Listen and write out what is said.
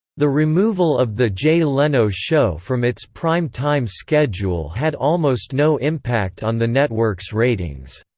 the removal of the jay leno show from its prime time schedule had almost no impact on the network's ratings.